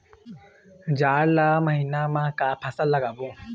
जाड़ ला महीना म का फसल लगाबो?